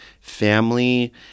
family